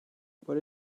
what